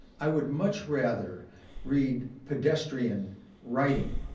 i would much rather read pedestrian writing.